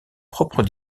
propre